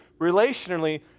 relationally